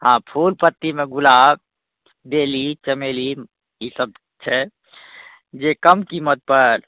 हँ फूल पत्तीमे गुलाब बेली चमेली ईसब छै जे कम कीमतपर